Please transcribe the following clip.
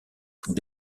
sont